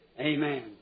Amen